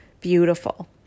beautiful